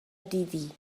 دیدی